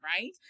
right